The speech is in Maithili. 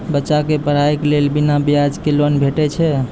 बच्चाक पढ़ाईक लेल बिना ब्याजक लोन भेटै छै?